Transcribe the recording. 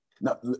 Now